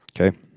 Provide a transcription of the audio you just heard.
Okay